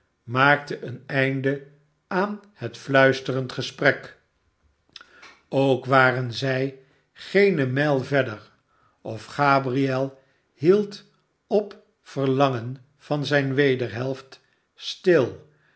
maakte een eindeaanhet fiuisterend gesprek ook waren zij geene mijlverder of gabriel hield op verlangen van zijne wederhelft stil